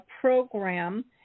program